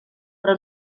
però